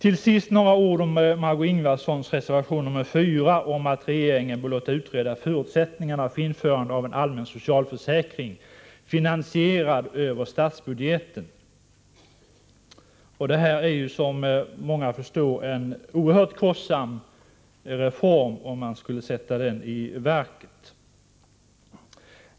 Till sist några ord om Margö Ingvardssons reservation 4 om att regeringen bör låta utreda förutsättningarna för införandet av en allmän socialförsäkring, finansierad över statsbudgeten. Det här skulle, som många förstår, bli en oerhört kostsam reform, om den genomfördes.